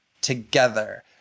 together